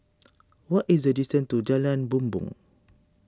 what is the distance to Jalan Bumbong